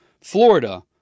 Florida